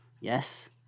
Yes